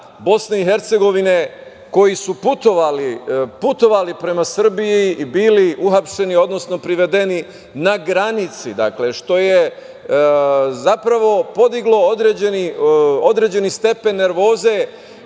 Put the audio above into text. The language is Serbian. BiH, koji su putovali prema Srbiji i bili uhapšeni, odnosno privedeni na granici, što je zapravo podiglo određeni stepen nervoze